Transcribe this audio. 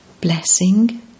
Blessing